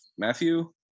Matthew